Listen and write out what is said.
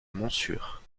montsûrs